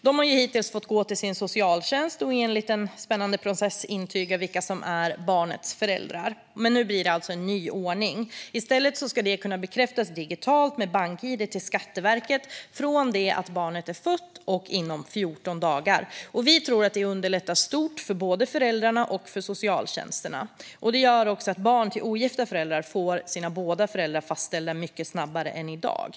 De har hittills fått gå till sin socialtjänst och i en spännande liten process intyga vilka som är barnets föräldrar, men nu blir det alltså en ny ordning. I stället ska detta kunna bekräftas digitalt med bank-id till Skatteverket från det att barnet är fött och 14 dagar framåt. Vi tror att detta underlättar mycket för både föräldrarna och socialtjänsterna. Det gör också att barn till ogifta föräldrar får sina båda föräldrar fastställda mycket snabbare än i dag.